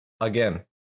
again